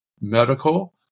medical